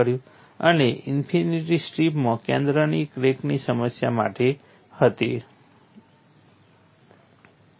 અને તે ઇન્ફિનિટ સ્ટ્રીપમાં કેન્દ્રની ક્રેકની સમસ્યા માટે હતું